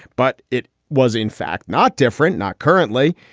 but it was, in fact, not different. not currently.